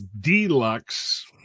deluxe